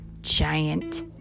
giant